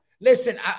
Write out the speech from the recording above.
Listen